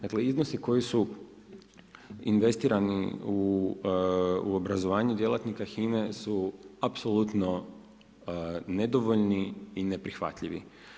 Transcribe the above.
Dakle, iznosi koji su investirani u obrazovanje djelatnika HINA-e su apsolutno nedovoljni i neprihvatljivi.